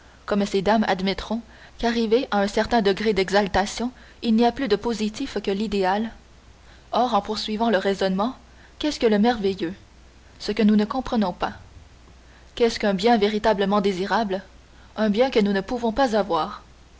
comme ces dames admettront qu'arrivé à un certain degré d'exaltation il n'y a plus de positif que l'idéal or en poursuivant le raisonnement qu'est-ce que le merveilleux ce que nous ne comprenons pas qu'est-ce qu'un bien véritablement désirable un bien que nous ne pouvons pas avoir